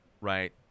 right